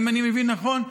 אם אני מבין נכון,